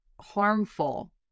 harmful